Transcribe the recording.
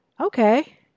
Okay